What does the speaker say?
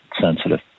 sensitive